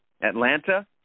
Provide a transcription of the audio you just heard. Atlanta